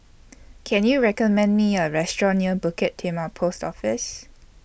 Can YOU recommend Me A Restaurant near Bukit Timah Post Office